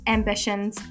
ambitions